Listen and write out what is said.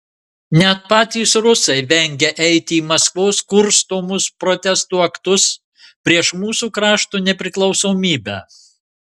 net patys rusai vengia eiti į maskvos kurstomus protestų aktus prieš mūsų krašto nepriklausomybę